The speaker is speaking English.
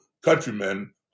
countrymen